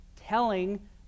telling